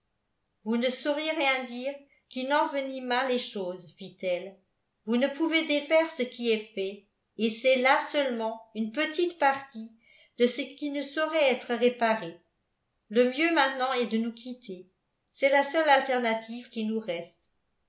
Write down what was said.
vous ne sauriez rien dire qui n'envenimât les choses fit-elle vous ne pouvez défaire ce qui est fait et c'est là seulement une petite partie de ce qui ne saurait être réparé le mieux maintenant est de nous quitter c'est la seule alternative qui nous reste